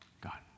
God